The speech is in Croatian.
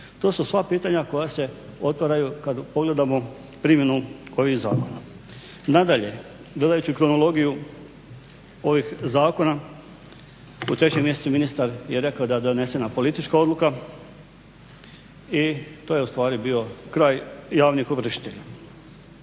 To su sva pitanja koja se otvaraju kad pogledamo primjenu ovih zakona. Nadalje, gledajući kronologiju ovih zakona, u 3. mjesecu ministar je rekao da je donesena politička odluka i to je ustvari bio kraj javnih ovršitelja.